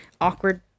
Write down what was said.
awkward